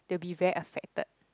they will be very affected